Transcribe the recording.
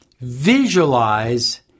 visualize